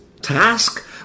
task